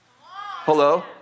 Hello